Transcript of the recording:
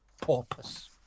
porpoise